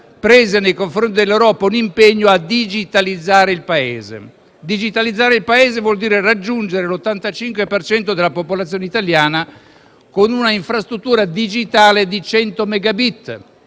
prese nei confronti dell'Europa: l'impegno a digitalizzare il Paese. Digitalizzare il Paese vuol dire raggiungere l'85 per cento della popolazione italiana con una infrastruttura digitale di 100 megabit;